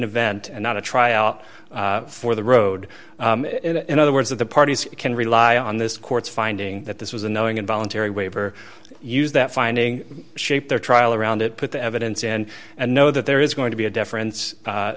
event and not a tryout for the road in other words that the parties can rely on this court's finding that this was a knowing and voluntary waiver use that finding shape their trial around it put the evidence and and know that there is going to be a deference